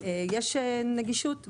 יש נגישות?